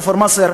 כפר-מסר,